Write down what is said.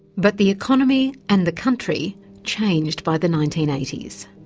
but the economy and the country changed by the nineteen eighty s.